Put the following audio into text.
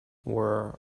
were